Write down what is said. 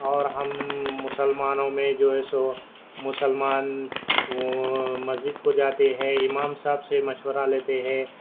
اور ہم مسلمانوں میں جو ہے سو مسلمان وہ مسجد کو جاتے ہے امام صاحب سے مشورہ لیتے ہے